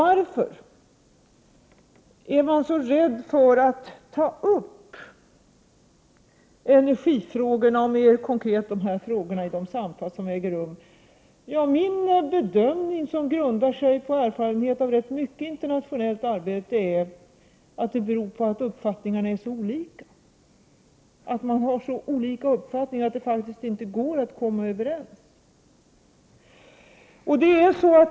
Varför är man så rädd för att mera konkret ta upp energifrågorna vid de samtal som äger rum? Min bedömning av orsaken, som baseras på erfarenhet av rätt mycket internationellt arbete, är att uppfattningarna är så olika. Det går inte att komma överens.